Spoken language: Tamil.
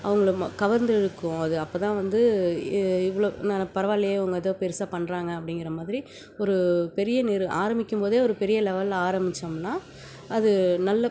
அவங்கள ம கவர்ந்திழுக்கும் அது அப்போ தான் வந்து இ இவ்வளோ ந ந பரவால்லியே இவங்க ஏதோ பெரிசா பண்ணுறாங்க அப்படிங்கிற மாதிரி ஒரு பெரிய நிறு ஆரமிக்கும்போதே ஒரு பெரிய லெவலில் ஆரமிச்சோம்னால் அது நல்ல